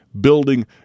building